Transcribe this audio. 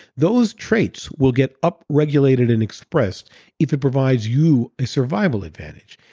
those traits will get upregulated and expressed if it provides you a survival advantage.